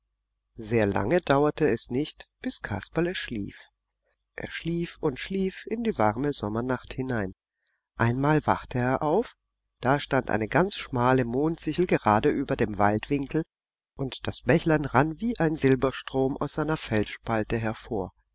sehr lange dauerte es nicht bis kasperle schlief er schlief und schlief in die warme sommernacht hinein einmal wachte er auf da stand eine ganz schmale mondsichel gerade über dem waldwinkel und das bächlein rann wie ein silberstrom aus seiner felsspalte hervor